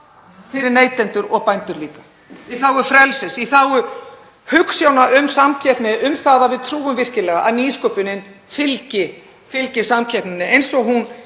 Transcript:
fyrir neytendur og bændur líka, í þágu frelsis, í þágu hugsjóna um samkeppni, um að við trúum virkilega að nýsköpun fylgi samkeppninni eins og hún